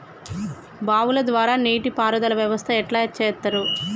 బావుల ద్వారా నీటి పారుదల వ్యవస్థ ఎట్లా చేత్తరు?